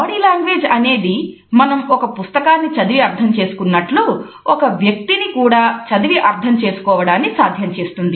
body language అనేది మనం ఒక పుస్తకాన్ని చదివి అర్థం చేసుకున్నట్టు ఒక వ్యక్తిని కూడా చదివి అర్థం చేసుకోవడాన్ని సాధ్యం చేస్తుంది